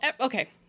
okay